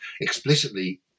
explicitly